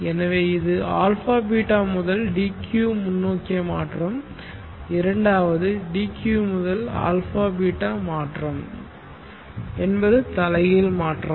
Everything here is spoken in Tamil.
எனவே இது α β முதல் d q முன்னோக்கிய மாற்றம் இரண்டாவது d q முதல் α β மாற்றம் என்பது தலைகீழ் மாற்றம்